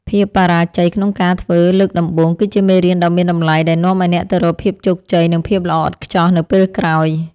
ភាពបរាជ័យក្នុងការធ្វើលើកដំបូង គឺជាមេរៀនដ៏មានតម្លៃដែលនាំអ្នកទៅរកភាពជោគជ័យ និងភាពល្អឥតខ្ចោះនៅពេលក្រោយ។